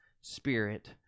Spirit